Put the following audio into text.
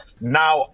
now